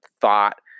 thought